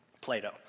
Plato